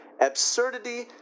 Absurdity